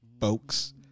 folks